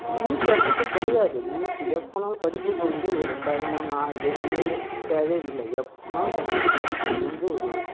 லிமிட்டுன்றது கிடையாது லிமிட்டு எப்போ வேணாலும் படிப்புக்கு வந்து ஒரு டைமு நாள் எதுவுமே தேவையே இல்லை எப்போ வேணாலும் படிக்கலாம் படிப்பு வந்து ஒரு